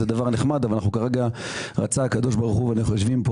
זה דבר נחמד אבל רצה הקדוש ברוך הוא ואנחנו כרגע יושבים כאן